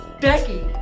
Becky